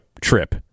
trip